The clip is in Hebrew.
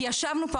ישבנו פה,